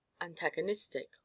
antagonistic